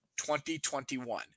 2021